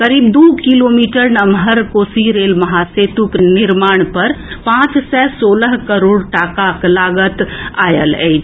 करीब दू किलोमीटर नम्हर कोसी रेल महासेतुक निर्माण पर पांच सय सोलह करोड़ टाकाक लागत आयल अछि